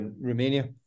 Romania